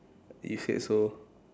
is that so